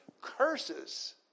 curses